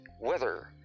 weather